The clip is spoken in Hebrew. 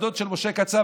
הדוד של משה קצב,